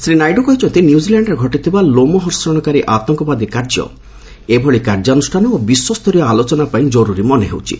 ଶ୍ରୀ ନାଇଡୁ କହିଛନ୍ତି ନ୍ୟୁଜିଲ୍ୟାଣ୍ଡରେ ଘଟିଥିବା ଲୋମହର୍ଷଣକାରୀ ଆତଙ୍କାଦୀ କାର୍ଯ୍ୟ ଏଭଳି କାର୍ଯ୍ୟାନୁଷ୍ଠାନ ଓ ବିଶ୍ୱସ୍ତରୀୟ ଆଲୋଚନାପାଇଁ ଜରୁରୀ ମନେ ହେଉଛି